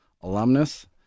alumnus